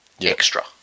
extra